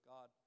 God